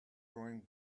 going